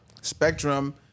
Spectrum